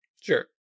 sure